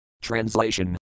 Translation